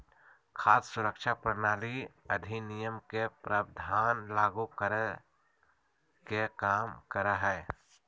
खाद्य सुरक्षा प्रणाली अधिनियम के प्रावधान लागू कराय के कम करा हइ